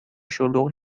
شلوغ